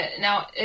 now